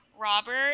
Robert